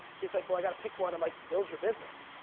he's like well i gotta pick one, i'm like, build your business.